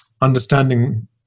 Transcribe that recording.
understanding